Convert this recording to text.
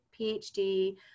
PhD